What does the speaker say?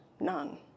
none